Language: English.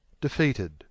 defeated